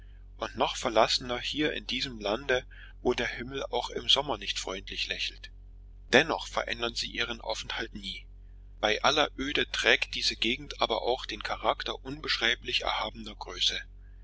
und noch verlassener hier in diesem lande wo der himmel auch im sommer nicht freundlich lächelt dennoch verändern sie ihren aufenthalt nie bei aller öde trägt diese gegend aber auch den charakter unbeschreiblich erhabener größe